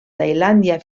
tailàndia